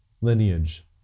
lineage